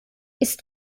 ist